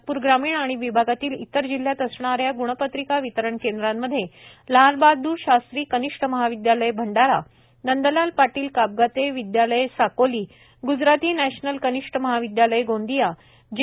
नागपूर ग्रामीण आणि विभागातील इतर जिल्ह्यात असणा या गुणपत्रिका वितरण केंद्रामध्ये लाल बहाद्र शास्त्री कनिष्ट महाविद्यालय भंडारा नंदलाल पाटील कापगते विद्यालय साकोली ग्जराती नॅशनल कनिष्ट महाविद्यालय गोंदिया जि